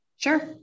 Sure